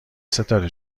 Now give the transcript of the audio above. ستاره